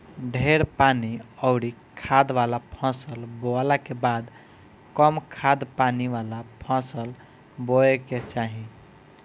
ढेर पानी अउरी खाद वाला फसल बोअला के बाद कम खाद पानी वाला फसल बोए के चाही